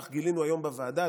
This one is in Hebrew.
כך גילינו היום בוועדה,